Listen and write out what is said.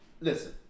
Listen